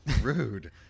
rude